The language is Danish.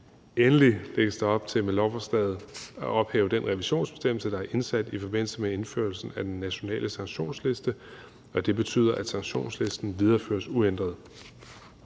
Endelig lægges der op til med lovforslaget at ophæve den revisionsbestemmelse, der er indsat i forbindelse med indførelsen af den nationale sanktionsliste, og det betyder, at sanktionslisten videreføres uændret.